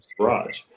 garage